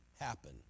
happen